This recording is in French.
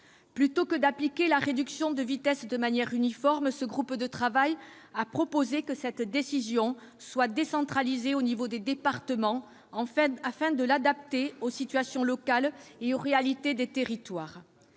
Plutôt que d'appliquer la réduction de vitesse de manière uniforme, ce groupe de travail a proposé que cette décision soit décentralisée au niveau des départements, afin de l'adapter aux situations locales et aux réalités des territoires.